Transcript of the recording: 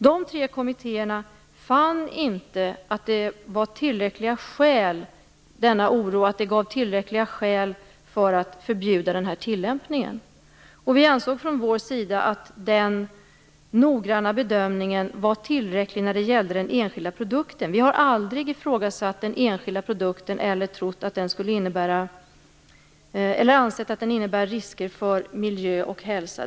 Dessa tre kommittéer fann inte att denna oro gav tillräckliga skäl för att förbjuda tillämpningen. Från svensk sida ansåg vi att den noggranna bedömningen var tillräcklig när det gällde den enskilda produkten. Vi har aldrig ifrågasatt den enskilda produkten eller ansett att den innebär risker för miljö och hälsa.